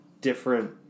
different